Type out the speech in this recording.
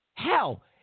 Hell